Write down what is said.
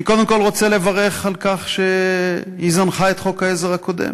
אני קודם כול רוצה לברך על כך שהיא זנחה את חוק-העזר הקודם,